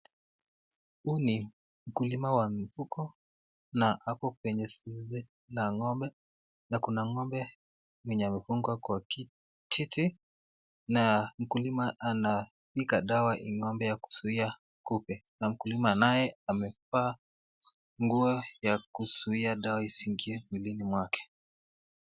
Huyu ni mkulima wa mifugo na ako kwenye zizi la ng'ombe na kuna ng'ombe mwenye amefungwa kwa kijiti, na mkulima anapiga dawa hii ng'ombe ili kuzuia kupe na mkulima naye amevaa nguo ya kuzuia dawa isiingie mwilini mwake.